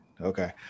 Okay